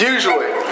Usually